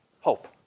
hope